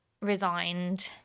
resigned